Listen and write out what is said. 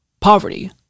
Poverty